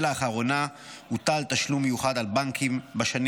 ולאחרונה הוטל תשלום מיוחד על בנקים בשנים